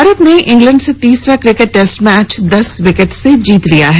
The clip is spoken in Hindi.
भारत ने इंग्लैंड से तीसरा क्रिकेट टेस्ट मैच दस विकेट से जीत लिया है